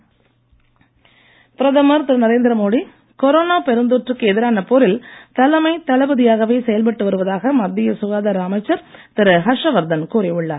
ஹர்ஷவர்தன் பிரதமர் திரு நரேந்திர மோடி கொரோனா பெருந்தொற்றுக்கு எதிரான போரில் தலைமை தளபதியாகவே செயல்பட்டு வருவதாக மத்திய சுகாதார அமைச்சர் திரு ஹர்ஷவர்தன் கூறி உள்ளார்